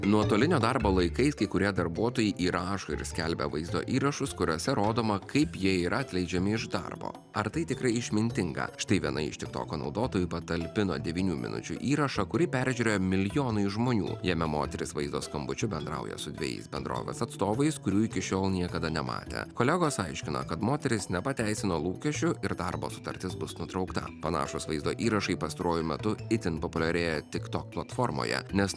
nuotolinio darbo laikais kai kurie darbuotojai įrašo ir skelbia vaizdo įrašus kuriuose rodoma kaip jie yra atleidžiami iš darbo ar tai tikrai išmintinga štai viena iš tiktoko naudotojų patalpino devynių minučių įrašą kurį peržiūrėjo milijonai žmonių jame moteris vaizdo skambučiu bendrauja su dvejais bendrovės atstovais kurių iki šiol niekada nematė kolegos aiškina kad moteris nepateisino lūkesčių ir darbo sutartis bus nutraukta panašūs vaizdo įrašai pastaruoju metu itin populiarėja tiktok platformoje nes